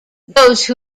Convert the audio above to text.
those